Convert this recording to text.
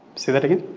say that again?